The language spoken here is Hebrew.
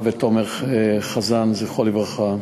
ותומר חזן, זכרו לברכה,